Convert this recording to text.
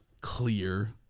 clear